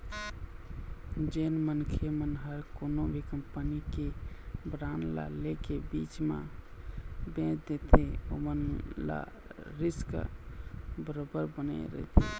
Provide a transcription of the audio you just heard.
जेन मनखे मन ह कोनो भी कंपनी के बांड ल ले के बीच म बेंच देथे ओमन ल रिस्क बरोबर बने रहिथे